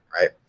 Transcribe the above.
right